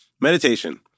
meditation